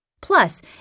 Plus